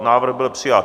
Návrh byl přijat.